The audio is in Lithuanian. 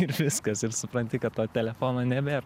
ir viskas ir supranti kad to telefono nebėr